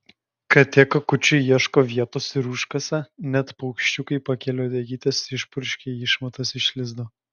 katė kakučiui ieško vietos ir užkasa net paukščiukai pakėlę uodegytes išpurškia išmatas iš lizdo